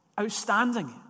outstanding